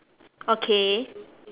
okay